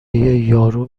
یارو